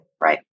Right